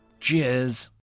Cheers